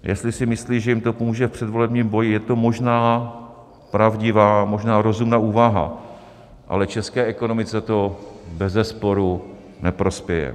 Jestli si myslí, že jim to pomůže v předvolebním boji, je to možná pravdivá, možná rozumná úvaha, ale české ekonomice to bezesporu neprospěje.